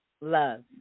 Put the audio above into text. Love